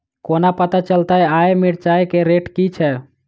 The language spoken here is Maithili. कोना पत्ता चलतै आय मिर्चाय केँ रेट की छै?